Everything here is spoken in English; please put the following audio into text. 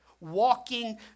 walking